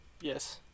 yes